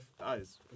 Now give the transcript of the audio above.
eyes